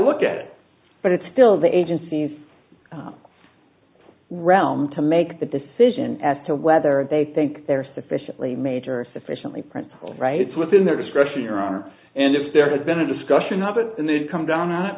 look at it but it's still the agency's realm to make the decision as to whether they think they're sufficiently major sufficiently principled rights within their discretion your honor and if there had been a discussion of it and they'd come down